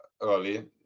early